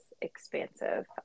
expansive